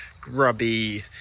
grubby